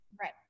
right